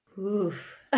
Oof